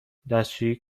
دستشویی